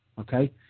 Okay